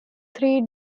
three